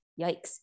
yikes